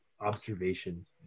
observations